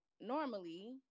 normally